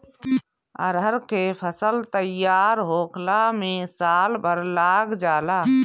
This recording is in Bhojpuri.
अरहर के फसल तईयार होखला में साल भर लाग जाला